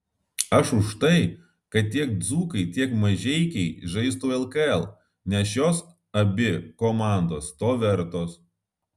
aš už tai kad tiek dzūkai tiek mažeikiai žaistų lkl nes šios abi komandos to vertos